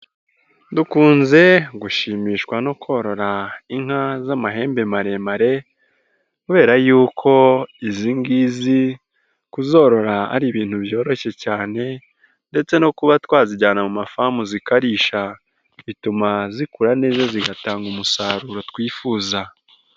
Dukunze gushimishwa no korora inka z'amahembe maremare kubera y'uko izi ngizi kuzorora ari ibintu byoroshye cyane ndetse no kuba twazijyana mu mafamu zikarisha bituma zikura neza zigatanga umusaruro twifuza.